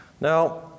Now